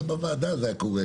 גם בוועדה זה היה קורה,